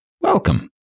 welcome